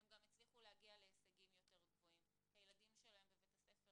הם גם הצליחו להגיע להישגים יותר גבוהים כי הילדים שלהם בבית הספר